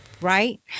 right